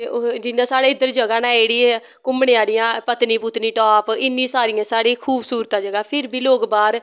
जियां साढ़ै इध्दर जगां नै जेह्ड़ी घूमने आह्लियां पतनी पुतनीटॉप इन्नी सारियां साढ़ी खूूबसूरत ऐ जगा फिर बी लोग बाह्र